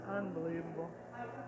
Unbelievable